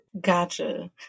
Gotcha